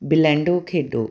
ਬਿਲੈਂਡੋ ਖੇਡੋ